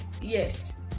yes